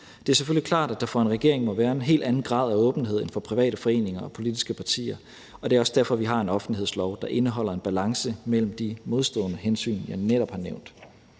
Det er selvfølgelig klart, at der for en regering må være en helt anden grad af åbenhed end for private foreninger og politiske partier, og det er også derfor, vi har en offentlighedslov, der indeholder en balance mellem de modstående hensyn, jeg netop har nævnt.